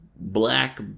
black